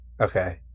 okay